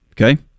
Okay